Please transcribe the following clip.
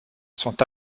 sont